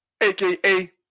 AKA